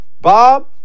Bob